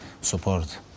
support